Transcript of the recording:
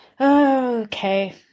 Okay